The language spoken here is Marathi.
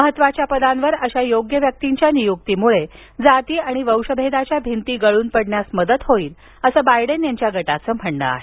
महत्त्वाच्या पदांवर अशा योग्य व्यक्तींच्या नियुक्तीमुळे जाती आणि वंश भेदाच्या भिंती गळून पडण्यास मदत होईल असं बायडेन यांच्या गटाचं म्हणणं आहे